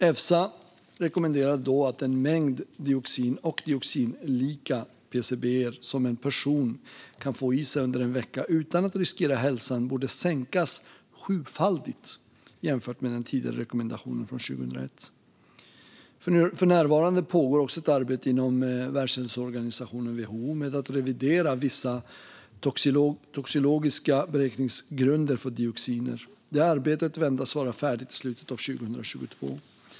Efsa rekommenderade då att den mängd dioxin och dioxinlika PCB:er som en person kan få i sig under en vecka utan att riskera hälsan borde sänkas sjufaldigt jämfört med den tidigare rekommendationen från 2001. För närvarande pågår också ett arbete inom Världshälsoorganisationen WHO med att revidera vissa toxikologiska beräkningsgrunder för dioxiner. Det arbetet väntas vara färdigt i slutet av 2022.